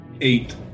eight